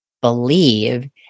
believe